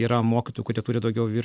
yra mokytojų kurie turi daugiau virš